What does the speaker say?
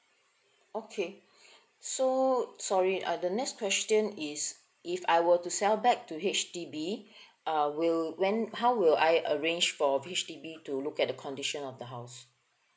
okay so sorry uh the next question is if I were to sell back to H_D_B uh will when how will I arrange for H_D_B to look at the condition of the house